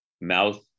mouth